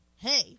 hey